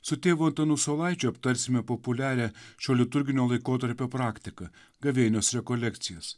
su tėvu antanu saulaičiu aptarsime populiarią šio liturginio laikotarpio praktika gavėnios rekolekcijas